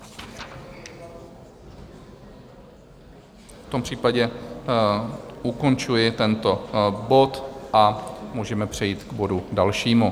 V tom případě ukončuji tento bod a můžeme přejít k bodu dalšímu.